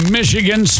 Michigan